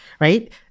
Right